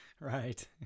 Right